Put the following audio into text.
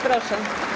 Proszę.